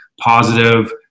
positive